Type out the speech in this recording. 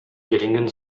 gelingen